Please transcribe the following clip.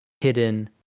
hidden